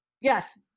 Yes